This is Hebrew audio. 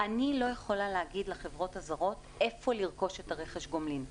אני לא יכולה להגיד לחברות הזרות איפה לרכוש את רכש הגומלין.